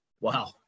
Wow